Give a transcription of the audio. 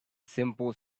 simple